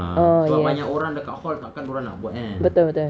ah yes betul-betul